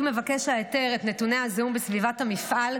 מבקש ההיתר את נתוני הזיהום בסביבת המפעל,